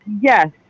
Yes